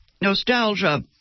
nostalgia